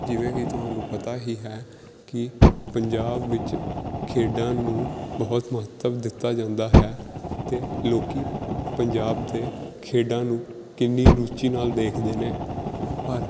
ਜਿਵੇਂ ਕਿ ਤੁਹਾਨੂੰ ਪਤਾ ਹੀ ਹੈ ਕਿ ਪੰਜਾਬ ਵਿੱਚ ਖੇਡਾਂ ਨੂੰ ਬਹੁਤ ਮਹੱਤਵ ਦਿੱਤਾ ਜਾਂਦਾ ਹੈ ਅਤੇ ਲੋਕ ਪੰਜਾਬ ਦੇ ਖੇਡਾਂ ਨੂੰ ਕਿੰਨੀ ਰੁਚੀ ਨਾਲ ਦੇਖਦੇ ਨੇ ਪਰ